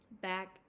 back